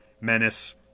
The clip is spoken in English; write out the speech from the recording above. Menace